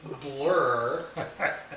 blur